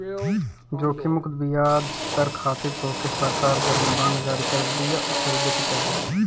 जोखिम मुक्त बियाज दर खातिर तोहके सरकार जवन बांड जारी करत बिया उ खरीदे के चाही